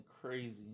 crazy